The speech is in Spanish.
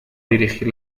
dirigir